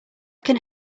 can